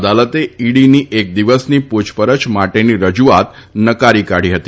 અદાલતે ઇડીની એક દિવસની પ્રછપરછ માટેની રજુઆત નકારી કાઢી હતી